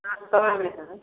आप का